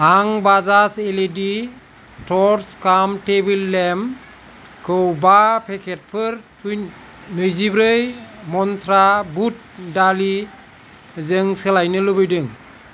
आं Bajaj L E D टर्स काम थेबोल लेम्प खौ बा पेकेटफोर नैजि ब्रै मन्त्रा बुट दालि जों सोलायनो लुबैदों